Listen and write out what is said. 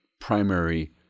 primary